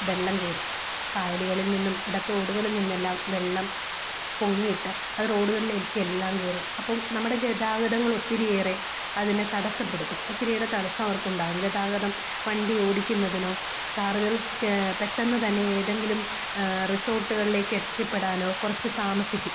വെള്ളം കയറും കായലുകളിൽ നിന്നും ഇടത്തോടുകളിൽ നിന്നെല്ലാം വെള്ളം പൊങ്ങിയിട്ട് അത് റോഡുകളിലേക്കെല്ലാം കയറും അപ്പം നമ്മുടെ ഗതാഗതങ്ങളൊത്തിരിയേറെ അതിന് തടസ്സപ്പെടുത്തും ഒത്തിരിയേറെ തടസ്സം അവർക്കുണ്ടാകും ഗതാഗതം വണ്ടി ഓടിക്കുന്നതിനോ കാറുകൾ പെട്ടന്ന് തന്നെ ഏതെങ്കിലും റിസോർട്ടുകളിലേക്ക് എത്തിപ്പെടാനോ കുറച്ച് താമസിക്കും